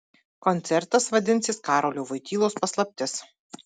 koncertas vadinsis karolio voitylos paslaptis